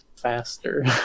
faster